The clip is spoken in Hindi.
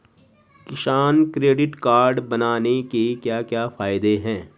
किसान क्रेडिट कार्ड बनाने के क्या क्या फायदे हैं?